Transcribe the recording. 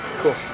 Cool